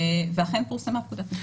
ואכן פורסמה פקודת נציבות.